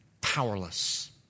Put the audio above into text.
powerless